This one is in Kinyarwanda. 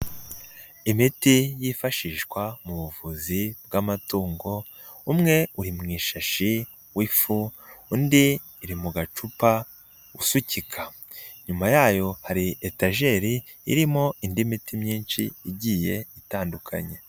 Imiti yifashishwa mu buvuzi bw'amatungo, umwe uri mu ishashi w'ifu, undi iri mu gacupa usukika, inyuma yayo hari etajeri irimo indi miti myinshi igiye itandukanye.